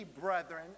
brethren